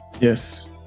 Yes